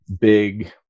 big